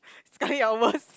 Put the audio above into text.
sekali your worst